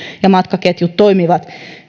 ja matkaketjut toimivat